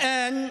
עכשיו,